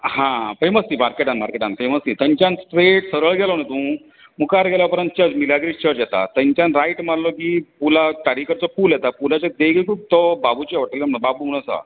हांं famous ती मार्केटान मार्केटान फेमस ती थंयच्यान स्ट्रेट सरळ गेलो न्हय तूं मुखार गेलो उपरांत चर्च मिलाग्रेस्त चर्च येता थंयच्यान रायट मारलो की पुलाक तारी कडचो पूल येता पुलाच्या देगेकूच तो बाबूचें हॉटेल बाबू म्हूण आसा